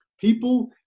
people